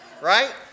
Right